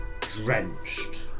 drenched